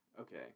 okay